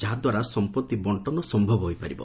ଯାହାଦ୍ୱାରା ସମ୍ପତ୍ତି ବଣ୍ଟନ ସମ୍ଭବ ହୋଇପାରିବ